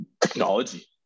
technology